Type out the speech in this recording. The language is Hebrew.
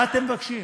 מה אתם מבקשים?